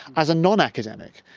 as a non-academic.